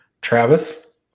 Travis